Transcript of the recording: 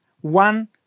one